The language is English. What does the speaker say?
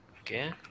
Okay